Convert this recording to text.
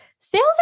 Sales